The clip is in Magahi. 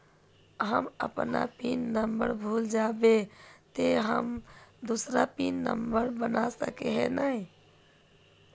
हम अपन पिन नंबर भूल जयबे ते हम दूसरा पिन नंबर बना सके है नय?